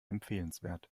empfehlenswert